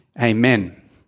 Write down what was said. Amen